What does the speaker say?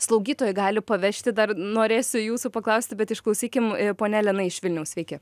slaugytojai gali pavežti dar norėsiu jūsų paklausti bet išklausykim ponia elena iš vilniaus sveiki